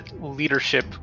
leadership